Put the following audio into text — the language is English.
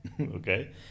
okay